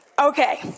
Okay